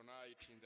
tonight